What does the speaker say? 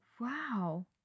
wow